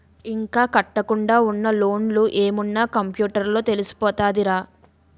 ఇంకా కట్టకుండా ఉన్న లోన్లు ఏమున్న కంప్యూటర్ లో తెలిసిపోతదిరా